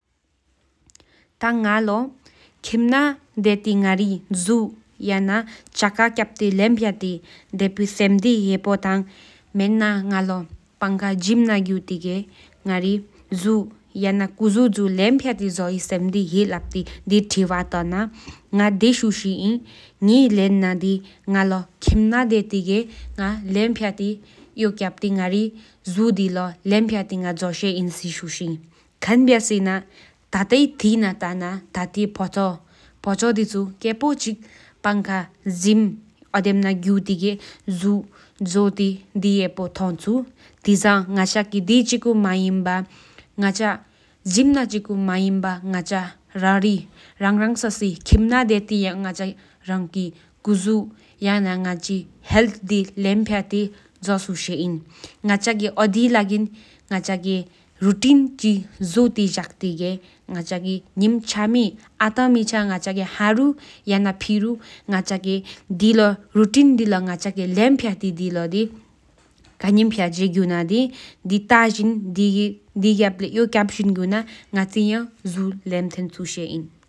ཐ་ང་ལོ་ཁེམ་ན་དེ་ཏི་ཡ་ན་ང་ཀི་འཇུ་ཆ་སྐ་སྐྱབ་ཏི་དེ་ཨི་སེམས་དི་ལྷད་པོ་ཐ་མེས་ན་ང་པན་ཁ་གཡོམ་ན་གཡུ་ཏི་གཡེ་རྔ་རི་འཇུ་ལེགཀི་ལོབ་སེམས་དི་ལས་ཕི་ཐྲྭ་ཐ་ན་ང་དེ་ཤུ་ཤི་ན་ང་གེ་ལེན་དི་ང་ཁེམ་ན་དེ་ཏི་ཀི་ང་ཡོ་སྐྱབ་ཏི་གི་རྔ་རི་འཇུ་ལེོ་ལེགཀི་ལོ་བེ་སེས་ཤིཤས་ན། ཁན་བྱ་སེ་ན་ཐ་ཏག་ཐེ་ན་ཏ་ན་ཐ་ཏོ་ཕོ་ཆོ་དེ་ཆུ་ཀེ་པོ་ཆི་པན་ཁ་གཡོམ་ན་གཡུ་ཏི་འཇུ་འཇུ་ཧེ་པོ་ཐོ་ཆུ་ཐེ་ས་ང་ཆ་གི་གཡོམ་ན་ཆི། ཀོ་མེད་པ་ང་ཆགི་རང་རང་བསོ་སི་ཁེམ་ན་དེ་ཏི་རང་གི་འཇུ་དི་ཇོ་སུ་ཤས་ན་ཨོ་དི་ལོ་ང་ཆི་གི་རུ་ཏི་ནེ་ཆི་ཇི་ཏི་ཨ་ཏ་མེཆ་ རུ་ཏི་ནེ་ དེ་ལོ་ཏ་ཏི་ང་ཆགི་འཇུ་དེ་ལེོ་ལེགཀི་འཇཾ་གཀེབ་སུ་ཤས་ན།